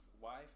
wife